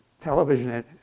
television